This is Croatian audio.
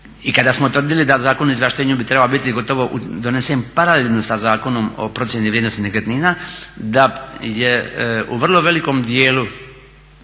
i kada smo tvrdili da Zakon o izvlaštenju bi trebao biti gotov donesen paralelno sa Zakonom o procjeni vrijednosti nekretnina, da je u vrlo velikom dijelu